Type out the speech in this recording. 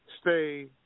Stay